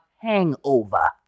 hangover